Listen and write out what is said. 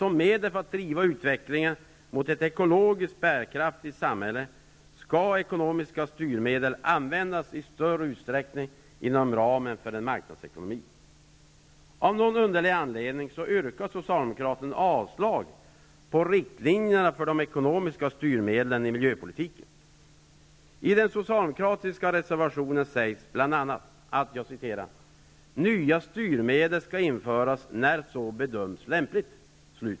Som medel för att driva utvecklingen mot ett ekologiskt bärkraftigt samhälle skall ekonomiska styrmedel användas i större utsträckning inom den marknadsekonomiska ramen. Av någon underlig anledning yrkar den socialdemokratiska reservationen i detta sammanhang sägs bl.a.: ''Nya styrmedel kan införas när så bedöms lämpligt.''